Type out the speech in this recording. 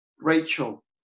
Rachel